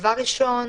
דבר ראשון